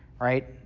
right